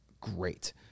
great